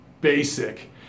Basic